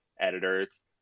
editors